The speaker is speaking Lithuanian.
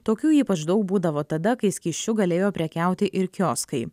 tokių ypač daug būdavo tada kai skysčiu galėjo prekiauti ir kioskai